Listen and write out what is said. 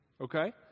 Okay